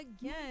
again